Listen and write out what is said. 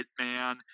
hitman